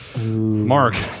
Mark